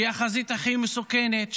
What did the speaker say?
שהיא החזית הכי מסוכנת,